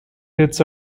bids